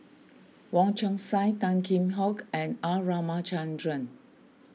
Wong Chong Sai Tan Kheam Hock and R Ramachandran